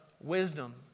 wisdom